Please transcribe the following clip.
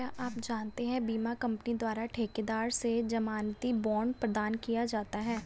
क्या आप जानते है बीमा कंपनी द्वारा ठेकेदार से ज़मानती बॉण्ड प्रदान किया जाता है?